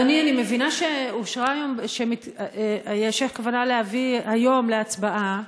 אדוני, אני מבינה שיש כוונה להביא היום להצבעה,